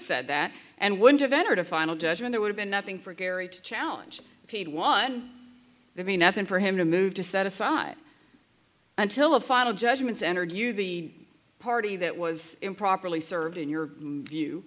said that and would have entered a final judgment it would have been nothing for gary to challenge paid one give me nothing for him to move to set aside until the final judgments entered you the party that was improperly served in your